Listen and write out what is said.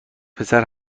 پسر